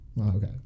okay